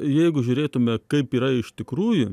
jeigu žiūrėtume kaip yra iš tikrųjų